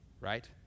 right